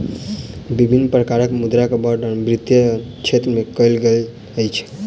विभिन्न प्रकारक मुद्रा के वर्णन वित्तीय क्षेत्र में कयल गेल अछि